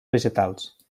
vegetals